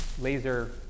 laser